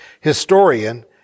historian